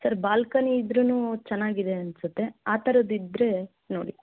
sir balcony ಇದ್ರೂ ಚೆನ್ನಾಗಿದೆ ಅನಿಸುತ್ತೆ ಆ ಥರದ್ದು ಇದ್ದರೆ ನೋಡಿ